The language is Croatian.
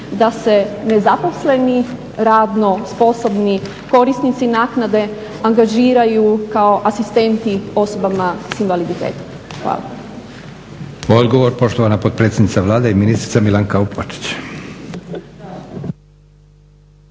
da se ne zaposleni radno sposobni korisnici naknade angažiraju kao asistenti osobama s invaliditetom. Hvala. **Leko, Josip (SDP)** Odgovor, poštovana potpredsjednica Vlade i ministrica Milanka Opačić.